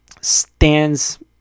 stands